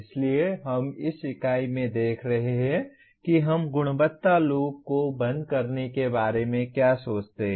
इसलिए हम इस इकाई में देख रहे हैं कि हम गुणवत्ता लूप को बंद करने के बारे में क्या सोचते हैं